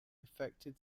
affected